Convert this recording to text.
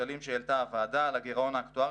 לכשלים שהעלתה הוועדה על הגירעון האקטוארי